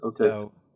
Okay